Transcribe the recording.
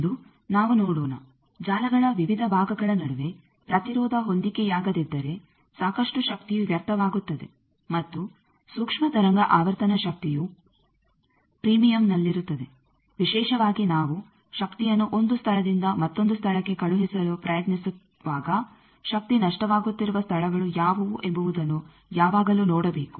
ಇಂದು ನಾವು ನೋಡೋಣ ಜಾಲಗಳ ವಿವಿಧ ಭಾಗಗಳ ನಡುವೆ ಪ್ರತಿರೋಧ ಹೊಂದಿಕೆಯಾಗದಿದ್ದರೆ ಸಾಕಷ್ಟು ಶಕ್ತಿಯು ವ್ಯರ್ಥವಾಗುತ್ತದೆ ಮತ್ತು ಸೂಕ್ಷ್ಮ ತರಂಗ ಆವರ್ತನ ಶಕ್ತಿಯು ಪ್ರೀಮಿಯಂನಲ್ಲಿರುತ್ತದೆ ವಿಶೇಷವಾಗಿ ನಾವು ಶಕ್ತಿಯನ್ನು ಒಂದು ಸ್ಥಳದಿಂದ ಮತ್ತೊಂದು ಸ್ಥಳಕ್ಕೆ ಕಳುಹಿಸಲು ಪ್ರಯತ್ನಿಸುವಾಗ ಶಕ್ತಿ ನಷ್ಟವಾಗುತ್ತಿರುವ ಸ್ಥಳಗಳು ಯಾವುವು ಎಂಬುವುದನ್ನು ಯಾವಾಗಲೂ ನೋಡಬೇಕು